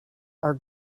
are